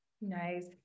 Nice